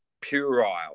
puerile